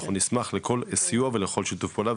אנחנו נשמח לכל סיוע ולכל שיתוף פעולה,